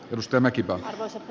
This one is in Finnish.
jos tämäkin on osa